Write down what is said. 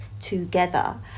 together